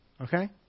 Okay